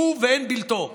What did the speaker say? הוא ואין בלתו.